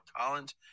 Collins